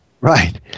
right